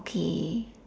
okay